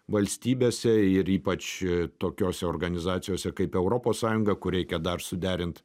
valstybėse ir ypač tokiose organizacijose kaip europos sąjunga kur reikia dar suderint